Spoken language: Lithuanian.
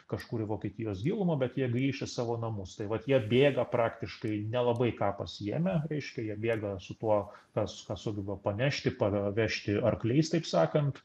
kažkur į vokietijos gilumą bet jie grįš į savo namus tai vat jie bėga praktiškai nelabai ką pasiėmę reiškia jie bėga su tuo kas ką sugeba panešti pavežti arkliais taip sakant